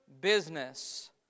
business